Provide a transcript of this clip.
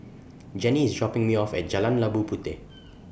Jenni IS dropping Me off At Jalan Labu Puteh